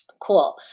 cool